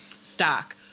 stock